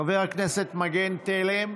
חברת הכנסת מגן תלם,